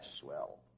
swell